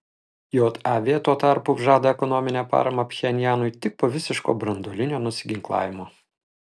jav tuo tarpu žada ekonominę paramą pchenjanui tik po visiško branduolinio nusiginklavimo